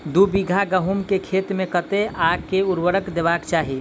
दु बीघा गहूम केँ खेत मे कतेक आ केँ उर्वरक देबाक चाहि?